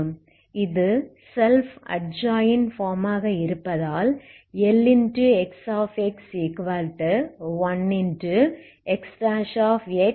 இது self adjoint form ஆக இருப்பதால் LXx1